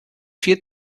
vier